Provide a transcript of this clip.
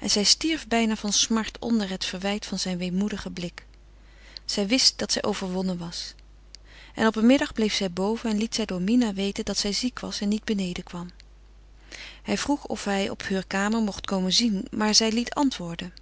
en zij stierf bijna van smart onder het verwijt van zijn weemoedigen blik zij wist dat zij overwonnen was en op een middag bleef zij boven en liet zij door mina weten dat zij ziek was en niet beneden kwam hij vroeg of hij op heure kamer mocht komen zien maar zij liet antwoorden